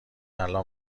الان